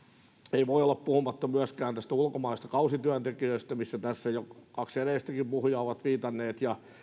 ei voi olla puhumatta myöskään näistä ulkomaisista kausityöntekijöistä joihin tässä jo kaksi edellistäkin puhujaa ovat viitanneet